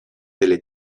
delle